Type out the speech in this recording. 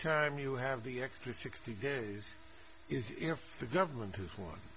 time you have the extra sixty days is if the government has one